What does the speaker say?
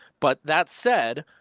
but that said,